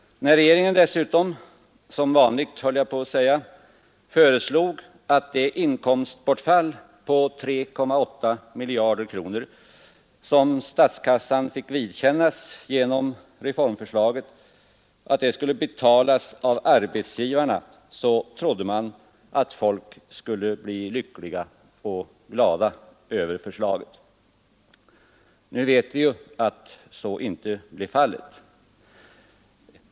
När regeringen dessutom — som vanligt, höll jag på att säga — föreslog att det inkomstbortfall på 3,8 miljarder kronor, som statskassan skulle få vidkännas genom reformförslaget, skulle betalas av arbetsgivarna trodde man att folk skulle bli lyckliga och glada över förslaget. Nu vet vi att så inte blev fallet.